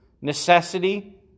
necessity